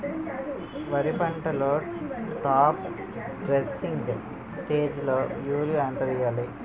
వరి పంటలో top dressing స్టేజిలో యూరియా ఎంత వెయ్యాలి?